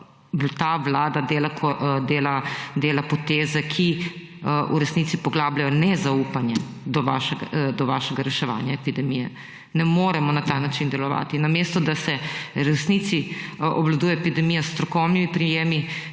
ta vlada dela poteze, ki v resnici poglabljajo nezaupanje do vašega reševanja epidemije. Ne moremo na ta način delovati. Namesto da se v resnici obvladuje epidemija s strokovnimi prijemi,